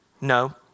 No